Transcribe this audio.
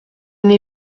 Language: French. n’ai